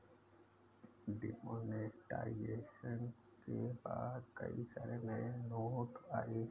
demonetisation के बाद कई सारे नए नोट आये